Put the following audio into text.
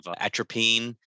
atropine